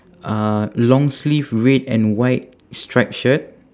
uh long sleeve red and white striped shirt